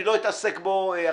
אני לא אתעסק בו עכשיו.